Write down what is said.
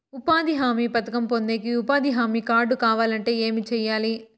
ఉపాధి హామీ పథకం పొందేకి ఉపాధి హామీ కార్డు కావాలంటే ఏమి సెయ్యాలి?